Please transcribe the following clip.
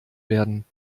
werden